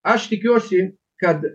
aš tikiuosi kad